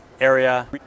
area